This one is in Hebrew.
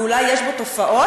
ואולי יש בו תופעות,